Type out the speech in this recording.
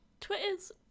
Twitter's